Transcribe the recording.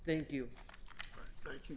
thank you thank you